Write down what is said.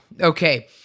okay